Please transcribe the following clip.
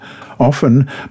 often